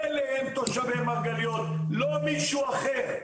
אלה הם תושבי מרגליות, לא מישהו אחר,